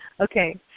Okay